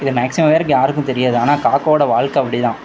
இது மேக்சிமம் பேருக்கு யாருக்கும் தெரியாது ஆனால் காக்காவோடய வாழ்க்கை அப்படிதான்